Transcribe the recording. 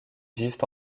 vivent